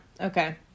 Okay